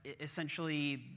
essentially